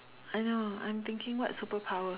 I know I'm thinking what superpower